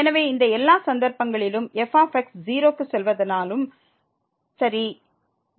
எனவே இந்த எல்லா சந்தர்ப்பங்களிலும் f 0 க்கு செல்வதானாலும் சரி